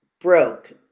broke